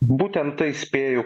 būtent tai spėju